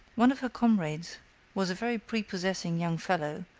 one of her comrades was a very prepossessing young fellow,